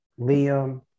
Liam